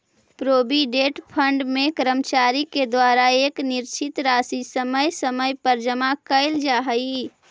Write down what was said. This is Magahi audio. प्रोविडेंट फंड में कर्मचारि के द्वारा एक निश्चित राशि समय समय पर जमा कैल जा हई